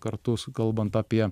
kartu su kalbant apie